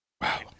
Wow